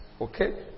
Okay